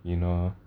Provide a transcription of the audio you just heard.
you know